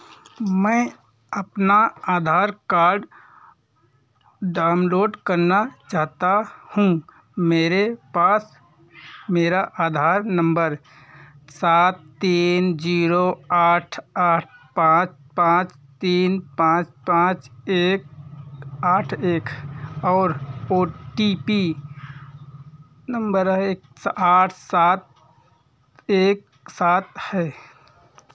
मैं अपना Aadhaar card download करना चाहता हूँ मेरे पास मेरा आधार नंबर सात तीन जीरो आठ आठ पाँच पाँच तीन पाँच पाँच एक आठ एक और ओ टी पी नंबर है आठ सात एक सात है